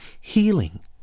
healing